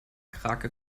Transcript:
krake